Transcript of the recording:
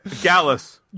Gallus